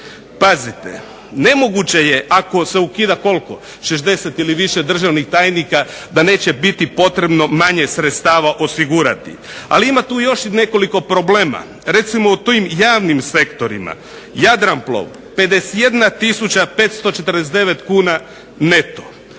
Pazite, nemoguće je ako se ukida koliko 60 ili više državnih tajnika da neće biti potrebno manje sredstava osigurati. Ali ima tu još i nekoliko problema. Recimo u tim javnim sektorima Jadranplov 51549 kuna neto,